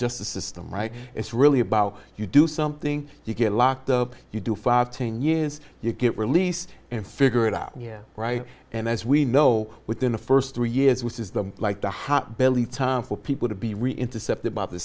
justice system right it's really about you do something you get locked up you do five ten years you get released and figure it out yeah right and as we know within the first three years which is the like the hot barely time for people to be really intercepted by the